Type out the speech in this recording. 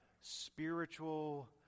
spiritual